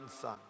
Son